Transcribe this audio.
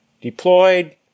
deployed